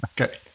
Okay